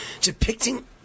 depicting